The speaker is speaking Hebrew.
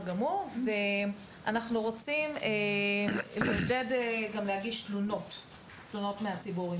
אנחנו רוצים לעודד גם להגיש תלונות מהציבור,